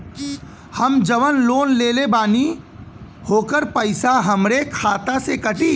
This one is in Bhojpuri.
हम जवन लोन लेले बानी होकर पैसा हमरे खाते से कटी?